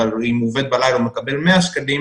אבל אם הוא עובד בלילה הוא מקבל 100 שקלים,